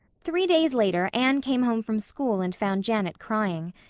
three days later anne came home from school and found janet crying.